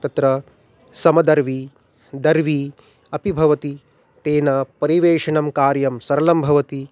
तत्र समदर्वी दर्वी अपि भवति तेन परिवेषणं कार्यं सरलं भवति